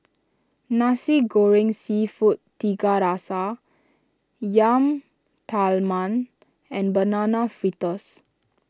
Nasi Goreng Seafood Tiga Rasa Yam Talam and Banana Fritters